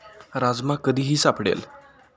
राजमा कधीही सापडेल